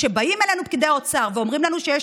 כשבאים אלינו פקידי האוצר ואומרים לנו שיש